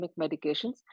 medications